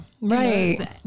Right